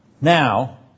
Now